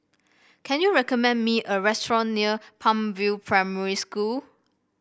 can you recommend me a restaurant near Palm View Primary School